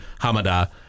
Hamada